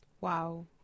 Wow